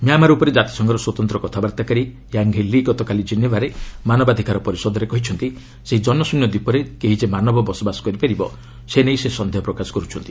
Myanmar ଉପରେ ଜାତିସଂଘର ସ୍ୱତନ୍ତ୍ର କଥାବାର୍ତ୍ତାକାରୀ ୟାଙ୍ଘି ଲି ଗତକାଲି ଜେନେଭାରେ ମାନବାଧିକାର ପରିଷଦରେ କହିଛନ୍ତି ସେହି ଜନଶ୍ରନ୍ୟ ଦ୍ୱୀପରେ କେହି ଯେ ମାନବ ବସବାସ କରିପାରିବ ସେନେଇ ସେ ସନ୍ଦେହ ପ୍ରକାଶ କର୍ରଛନ୍ତି